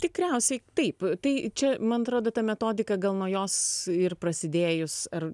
tikriausiai taip tai čia man atrodo ta metodika gal nuo jos ir prasidėjus ar